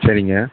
சரிங்க